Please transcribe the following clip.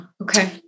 okay